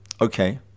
okay